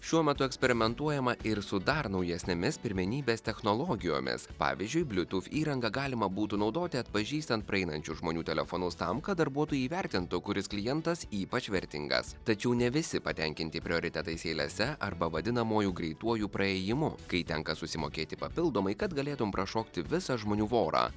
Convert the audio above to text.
šiuo metu eksperimentuojama ir su dar naujesnėmis pirmenybės technologijomis pavyzdžiui bliutūf įrangą galima būtų naudoti atpažįstant praeinančių žmonių telefonus tam kad darbuotojai įvertintų kuris klientas ypač vertingas tačiau ne visi patenkinti prioritetais eilėse arba vadinamuoju greituoju praėjimu kai tenka susimokėti papildomai kad galėtum prašokti visą žmonių vorą